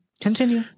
Continue